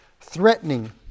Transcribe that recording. threatening